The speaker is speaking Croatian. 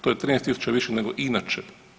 To je 13000 više nego inače.